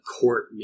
court